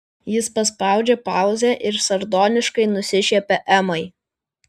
jis paspaudžia pauzę ir sardoniškai nusišiepia emai